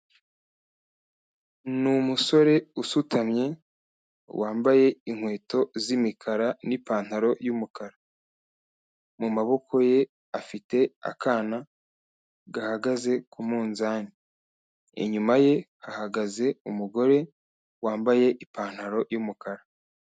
Ni umusore usutamye wambaye inkweto z'imikara n'ipantaro y'umukara. Mu maboko ye afite akana gahagaze ku munzani. Inyuma ye hahagaze umugore wambaye ipantaro y'umukara.